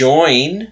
Join